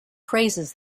praises